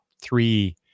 three